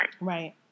Right